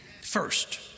first